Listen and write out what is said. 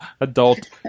adult